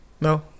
No